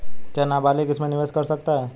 क्या नाबालिग इसमें निवेश कर सकता है?